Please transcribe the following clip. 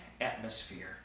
atmosphere